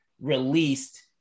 released